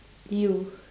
you